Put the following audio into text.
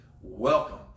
welcome